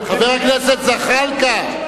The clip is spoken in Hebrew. חבר הכנסת זחאלקה,